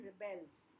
rebels